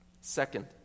Second